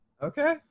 Okay